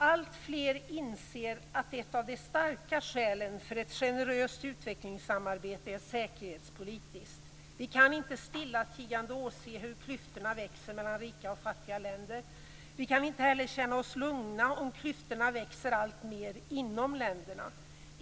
Alltfler inser att ett av de starka skälen för ett generöst utvecklingssamarbete är säkerhetspolitiskt. Vi kan inte stillatigande åse hur klyftorna växer mellan rika och fattiga länder. Vi kan inte heller känna oss lugna om klyftorna växer alltmer inom länderna.